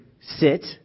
sit